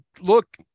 look